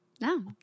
no